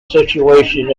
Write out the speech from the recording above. situation